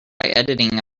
editing